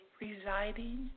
residing